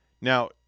Now